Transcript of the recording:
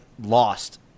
lost